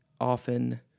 often